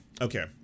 Okay